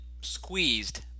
squeezed